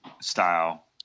style